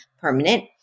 permanent